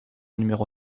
numéro